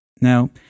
Now